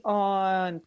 on